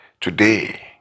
today